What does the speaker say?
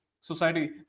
society